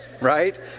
right